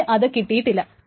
B ക്ക് അത് കിട്ടിയിട്ടില്ല